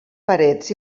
parets